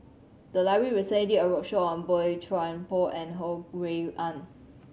the library recently did a roadshow on Boey Chuan Poh and Ho Rui An